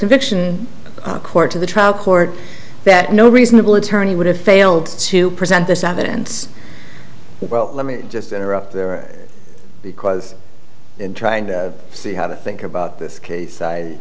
conviction court to the trial court that no reasonable attorney would have failed to present this evidence well let me just interrupt there because in trying to see how to think about this case